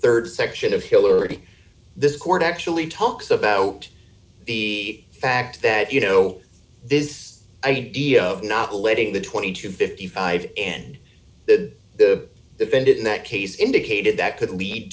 the rd section of hilary this court actually talks about the fact that you know this idea of not letting the twenty to fifty five and the the defendant in that case indicated that could lead